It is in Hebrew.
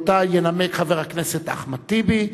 ינמק חבר הכנסת אחמד טיבי,